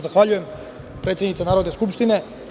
Zahvaljujem, predsednice Narodne skupštine.